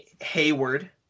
Hayward